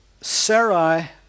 Sarai